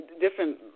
different